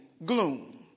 gloom